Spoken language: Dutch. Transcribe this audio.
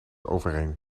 overeen